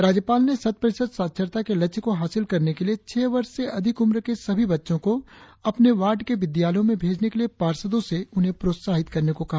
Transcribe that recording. राज्यपाल ने शत प्रतिशत साक्षारता के लक्ष्य को हासिल करने के लिए छह वर्ष के अधिक उम्र के सभी बच्चों को अपने वार्ड के विद्यालयों में भेजने के लिए पार्षदों से उन्हें प्रोत्साहित करने को कहा